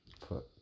put